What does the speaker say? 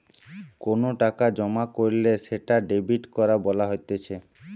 কোনো টাকা জমা কইরলে সেটা ডেবিট করা বলা হতিছে